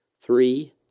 three